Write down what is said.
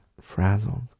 frazzled